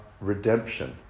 redemption